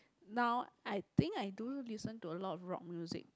now I think I do listen to a lot of rock music